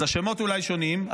אז השמות אולי שונים,